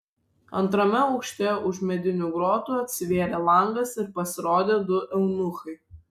antrame aukšte už medinių grotų atsivėrė langas ir pasirodė du eunuchai